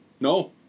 No